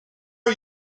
are